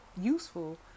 useful